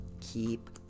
keep